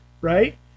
right